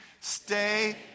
Stay